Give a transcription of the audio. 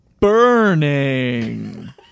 Burning